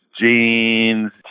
jeans